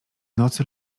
nocy